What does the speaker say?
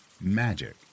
magic